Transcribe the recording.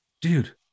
Dude